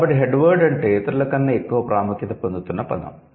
కాబట్టి 'head word' అంటే ఇతరులకన్నా ఎక్కువ ప్రాముఖ్యత పొందుతున్న పదం